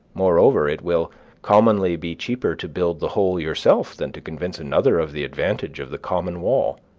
moreover, it will commonly be cheaper to build the whole yourself than to convince another of the advantage of the common wall